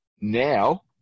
now